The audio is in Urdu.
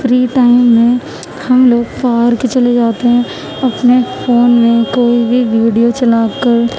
فری ٹائم میں ہم لوگ پارک چلے جاتے ہیں اپنے فون میں کوئی بھی ویڈیو چلا کر